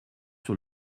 sur